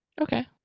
Okay